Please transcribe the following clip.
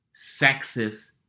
sexist